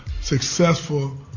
successful